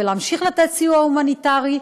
להמשיך לתת סיוע הומניטרי,